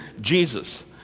Jesus